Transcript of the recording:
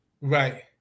Right